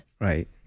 Right